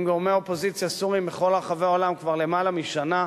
עם גורמי אופוזיציה סוריים בכל רחבי העולם כבר למעלה משנה,